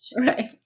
right